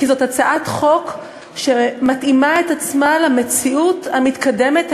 כי זאת הצעת חוק שמתאימה את עצמה למציאות המתקדמת,